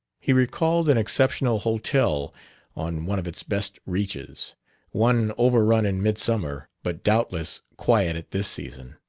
he recalled an exceptional hotel on one of its best reaches one overrun in midsummer, but doubtless quiet at this season.